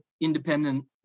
independent